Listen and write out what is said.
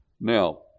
Now